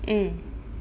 mm